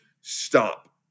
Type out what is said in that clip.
stop